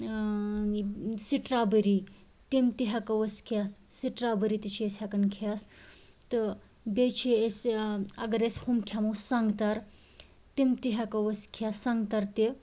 strawberry تِم تہِ ہٮ۪کو أسۍ کھٮ۪تھ سِٹرٛابٔری تہِ چھِ أسۍ ہٮ۪کَان کھٮ۪تھ تہٕ بیٚیہِ چھِ أسۍ اگر أسۍ ہُم کھٮ۪مو سنٛگتر تِم تہِ ہٮ۪کو أسۍ کھٮ۪تھ سنٛگتر تہِ